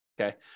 okay